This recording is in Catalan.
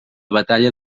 batalla